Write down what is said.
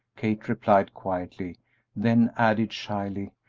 kate replied, quietly then added, shyly,